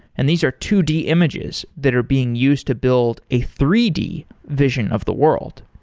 and these are two d images that are being used to build a three d vision of the world.